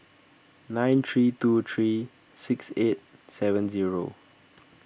nine three two three six eight seven zero